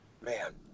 Man